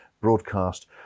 broadcast